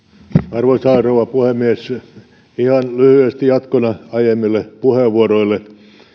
arvoisa rouva puhemies ihan lyhyesti jatkona aiemmille puheenvuoroille